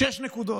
שש נקודות.